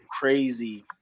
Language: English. crazy